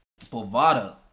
Bovada